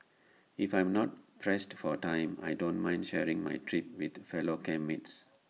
if I'm not pressed for time I don't mind sharing my trip with fellow camp mates